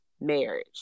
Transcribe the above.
marriage